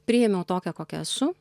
priėmiau tokią kokia esu